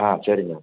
ஆ சரிங்க